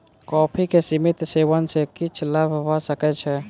coffee के सीमित सेवन सॅ किछ लाभ भ सकै छै